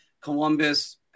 columbus